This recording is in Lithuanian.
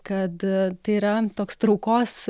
kad tai yra toks traukos